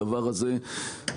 הדבר הזה מעמיס,